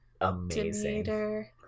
amazing